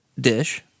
dish